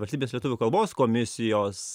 valstybės lietuvių kalbos komisijos